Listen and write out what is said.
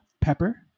Pepper